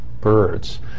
birds